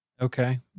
Okay